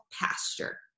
pasture